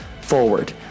forward